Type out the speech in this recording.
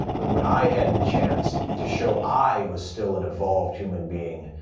but when i had the chance to show i was still an evolved human being,